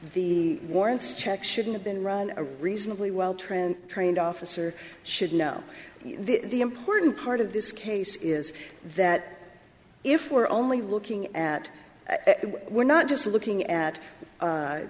the warrants check shouldn't of been run a reasonably well trained trained officer should know the important part of this case is that if we're only looking at we're not just looking at